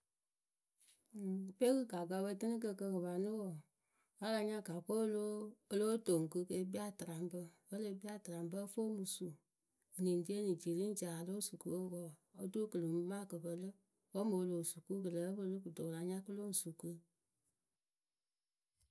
Ǝŋ pe kɨ gakǝ ǝ pǝ tɨnɨ kɨ kɨ kɨ panɨ wǝǝ, a la nya gakǝ we o lóo toŋ kɨ kɨ e kpii atɨraŋpǝ ǝ fɨ o mɨ su eni ŋ ri eni ji riŋ ji a ya lóo su kɨ oturu kɨ lɨŋ maa kɨ pɨlɨ wǝ́ mɨŋ o loo su kɨ kɨ lǝ́ǝ pɨlɨ kɨto wɨ la hiaŋ kɨ lo mɨ su kɨ.